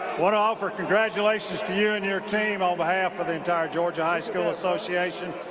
want to offer congratulations to you and your team on behalf of the entire georgia high school association.